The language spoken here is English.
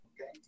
okay